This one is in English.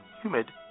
humid